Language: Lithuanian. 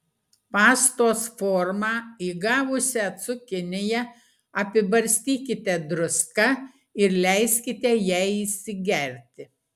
pastos formą įgavusią cukiniją apibarstykite druską ir leiskite jai įsigerti